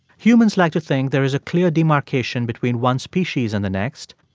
humans like to think there is a clear demarcation between one species and the next,